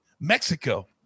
Mexico